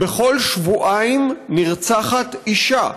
בכל שבועיים נרצחת אישה.